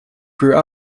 grew